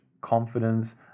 confidence